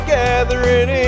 gathering